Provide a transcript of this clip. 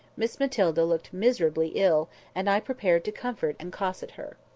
miss matilda looked miserably ill and i prepared to comfort and cosset her.